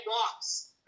walks